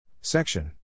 Section